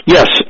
Yes